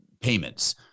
payments